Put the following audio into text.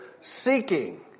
seeking